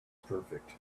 perfect